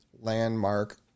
Landmark